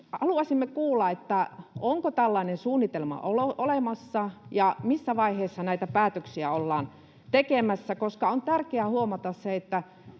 Haluaisimme kuulla, onko tällainen suunnitelma olemassa ja missä vaiheessa näitä päätöksiä ollaan tekemässä, koska on tärkeää huomata se, että